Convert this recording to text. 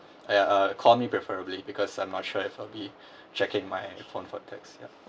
yeah call me preferably because I'm not sure if I'll be checking my phone for text ya